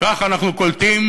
כך אנחנו קולטים.